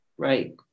Right